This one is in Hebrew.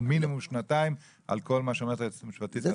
או מינימום שנתיים על כל מה שאומרת היועצת המשפטית?